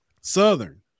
Southern